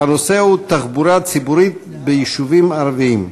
תחבורה ציבורית ביישובים ערביים.